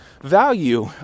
value